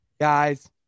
Guys